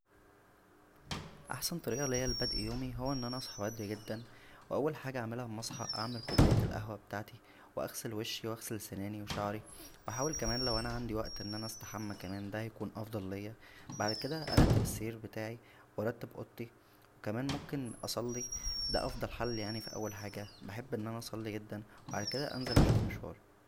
احسن طريقه ليا لبدا يومى هى ان اصحى بدرى دا واول حاجه اعملها اما اصحى اعمل كوبايه القهوه بتاعتى و اغسل وشى واغسل سنانى وشعرى واحاول كمان ان انا لو عندى وقت ان انا استحمى كمان دا هيكون افضل ليا بعد كدا ارتب السرير بتاعى وارتب اوضتى وكمان ممكن اصلى دا افضل حل يعنى ف اول حاجه بحب ان انا اصلى جدا بعد كدا انزل اشوف مشوار